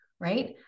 right